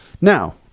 Now